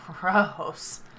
Gross